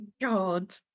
God